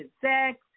sex